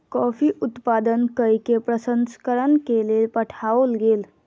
coffee उत्पादन कय के प्रसंस्करण के लेल पठाओल गेल